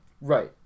Right